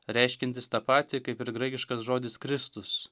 reiškiantis tą patį kaip ir graikiškas žodis kristus